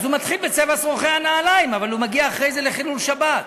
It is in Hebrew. אז הוא מתחיל בצבע שרוכי הנעליים אבל הוא מגיע אחרי זה לחילול שבת.